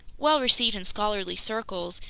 well received in scholarly circles,